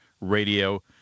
Radio